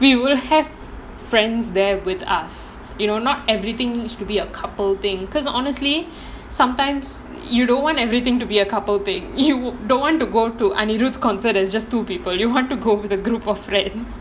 we will have friends there with us you know not everything needs to be a couple thing because honestly sometimes you don't want everything to be a couple thing you don't want to go to anirudh concert just two people you want to go with a group of friends